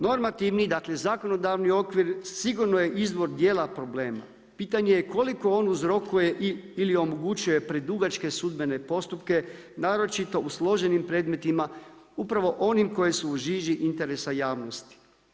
Normativni, dakle zakonodavni okvir sigurno je izvor djela problema, pitanje koliko on uzrokuje ili omogućuje predugačke sudbene postupke naročito u složenim predmetima, upravo one koji su u žiži interesa javnosti.